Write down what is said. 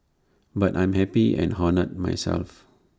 but I'm happy and honoured myself